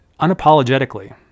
unapologetically